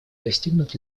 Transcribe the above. достигнут